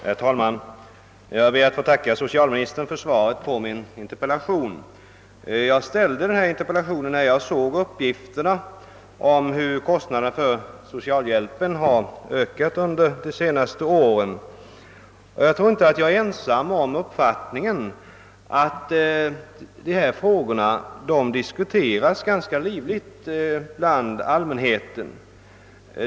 Herr talman! Jag ber att få tacka so: cialministern för svaret på min interpellation. Jag ställde interpellationen när jag såg uppgifterna om hur kostnaderna för socialhjälpen ökat under de senaste åren. Jag tror inte att jag är ensam om uppfattningen att dessa frågor diskuteras ganska livligt bland allmänheten.